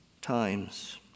times